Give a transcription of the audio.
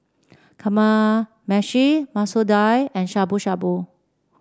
Kamameshi Masoor Dal and Shabu Shabu